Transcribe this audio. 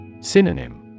Synonym